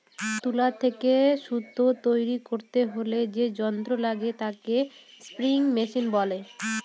তুলা থেকে সুতা তৈরী করতে হলে যে যন্ত্র লাগে তাকে স্পিনিং মেশিন বলে